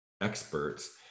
experts